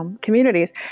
communities